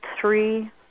three